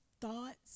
thoughts